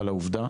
ועל העובדה